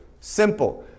Simple